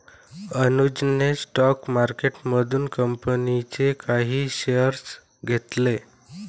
अनुजने स्टॉक मार्केटमधून कंपनीचे काही शेअर्स घेतले